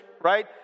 right